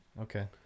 Okay